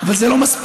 אבל זה לא מספיק.